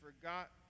forgot